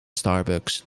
starbucks